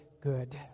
good